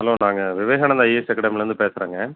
hello நாங்கள் Vivekananda IAS அக்கேடமிலேந்து பேசுகிறங்க